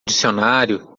dicionário